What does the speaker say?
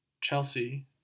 Chelsea